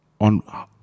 on